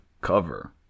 cover